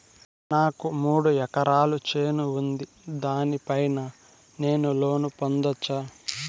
నాకు మూడు ఎకరాలు చేను ఉంది, దాని పైన నేను లోను పొందొచ్చా?